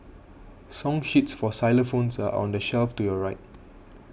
song sheets for xylophones are on the shelf to your right